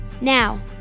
Now